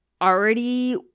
already